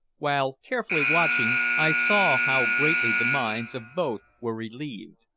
while, carefully watching, i saw how greatly the minds of both were relieved.